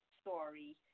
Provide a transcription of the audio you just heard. story